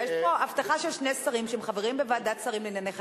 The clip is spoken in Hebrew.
יש פה הבטחה של שני שרים שהם חברים בוועדת שרים לענייני חקיקה,